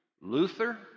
Luther